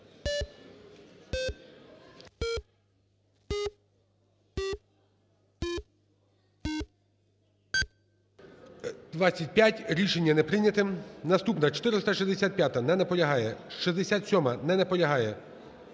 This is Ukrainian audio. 25, рішення не прийняте. Наступна – 465-а. Не наполягає. 467-а. Не наполягає.